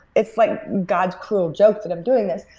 it's like god's cruel joke that i'm doing this.